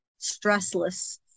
stressless